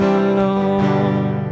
alone